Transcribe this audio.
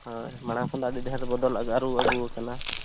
ᱦᱳᱭ ᱢᱟᱲᱟᱝ ᱠᱷᱚᱱ ᱫᱚ ᱟᱹᱰᱤ ᱰᱷᱮᱨ ᱵᱚᱫᱚᱞ ᱟᱹᱨᱩ ᱟᱹᱜᱩ ᱟᱠᱟᱱᱟ